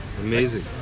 Amazing